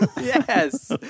Yes